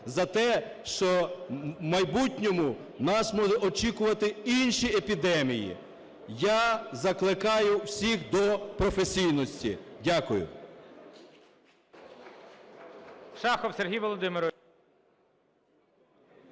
за те, що в майбутньому нас можуть очікувати інші епідемії. Я закликаю всіх до професійності. Дякую.